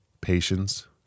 patience